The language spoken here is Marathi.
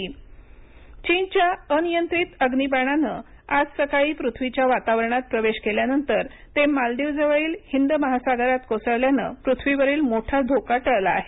चीन अग्निबाण चीनच्या अनियंत्रित अग्निबाणाने आज सकाळी पृथ्वीच्या वातावरणात प्रवेश केल्यानंतर ते मालदीव जवळील हिंद महासागरात कोसळल्याने पृथ्वीवरील मोठा धोका टळला आहे